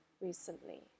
recently